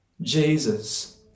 Jesus